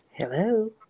Hello